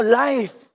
life